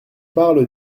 parle